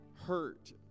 hurt